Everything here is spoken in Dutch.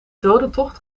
dodentocht